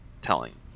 telling